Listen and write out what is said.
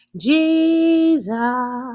Jesus